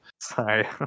Sorry